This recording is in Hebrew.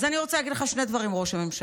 אז אני רוצה להגיד לך שני דברים, ראש הממשלה: